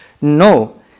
No